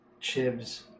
Chibs